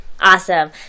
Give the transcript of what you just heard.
awesome